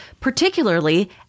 particularly